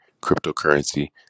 cryptocurrency